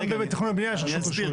גם בתכנון ובנייה יש רשות רישוי.